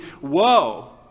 woe